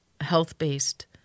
health-based